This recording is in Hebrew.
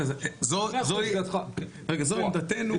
--- זו עמדתנו.